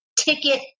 ticket